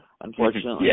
unfortunately